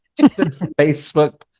Facebook